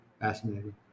Fascinating